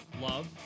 love